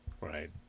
Right